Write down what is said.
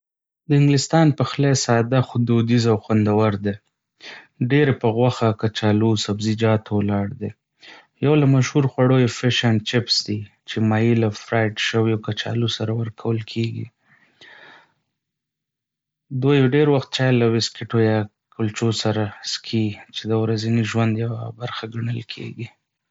د انګلستان پخلی ساده، خو دودیز او خوندور دی، ډېر یې پر غوښه، کچالو، او سبزیجاتو ولاړ دی. یو له مشهور خوړو یې فش اینډ چپس دی، چې ماهی له فراینډ شویو کچالو سره ورکول کېږي. دوی ډېر وخت چای له بسکټو یا کلچو سره څښي، چې د ورځني ژوند یوه برخه ګڼل کېږي.